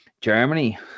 Germany